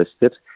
listed